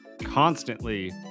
constantly